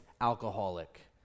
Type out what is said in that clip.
alcoholic